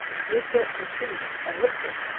he is built for speed and looks it.